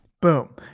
Boom